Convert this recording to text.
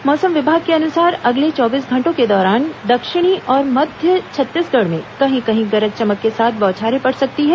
मौसम विभाग के अनुसार अगले चौबीस घंटों के दौरान दक्षिणी और मध्य छत्तीसगढ़ में कहीं कहीं गरज चमक के साथ बौछारें पड़ सकती हैं